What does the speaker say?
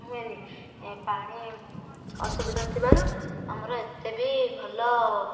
ହୁଏନି ପାଣି ଅସୁବିଧା ଥିବାରୁ ଆମର ଏତେ ବି ଭଲ